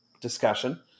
discussion